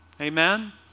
Amen